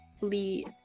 Lee